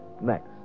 next